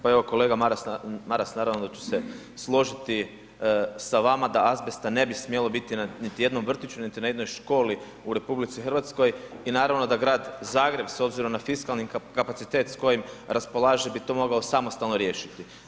Pa evo kolega Maras naravno da ću se složiti sa vama da azbesta ne bi smjelo biti na niti jednom vrtiću, niti na jednoj školi u RH i naravno da Grad Zagreb s obzirom na fiskalni kapacitet s kojim raspolaže bio to mogao samostalno riješiti.